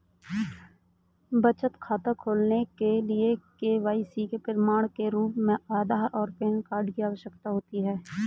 बचत खाता खोलने के लिए के.वाई.सी के प्रमाण के रूप में आधार और पैन कार्ड की आवश्यकता होती है